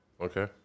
Okay